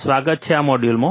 સ્વાગત છે આ મોડ્યુલમા